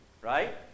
right